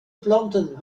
planten